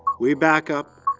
we back up,